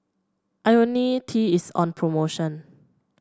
IoniL T is on promotion